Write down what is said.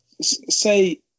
say